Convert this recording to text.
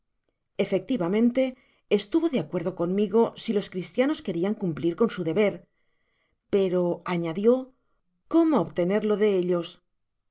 efectivamente estuvo de acuerdo conmigo si los cristianos querian cumplir con su deber pero añadio como obtenerlo de ellos